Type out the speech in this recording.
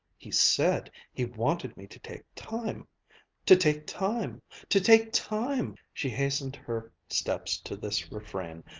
he said he wanted me to take time to take time to take time. she hastened her steps to this refrain,